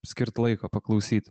skirt laiko paklausyt